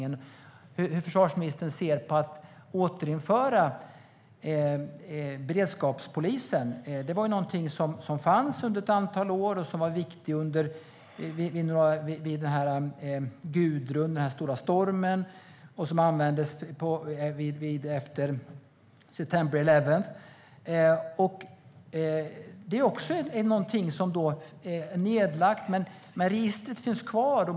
Hur ser försvarsministern på att återinföra beredskapspolisen? Den fanns under ett antal år och gjorde en viktig insats vid stormen Gudrun och efter 11 september. Beredskapspolisen är nedlagd, men registret finns kvar.